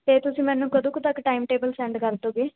ਅਤੇ ਤੁਸੀਂ ਮੈਨੂੰ ਕਦੋਂ ਕੁ ਤੱਕ ਟਾਈਮ ਟੇਬਲ ਸੈਂਡ ਕਰ ਦੋਗੇ